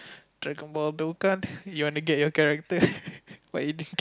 dragon-ball you want to get your character or anything